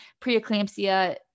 preeclampsia